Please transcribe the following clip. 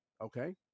okay